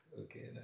okay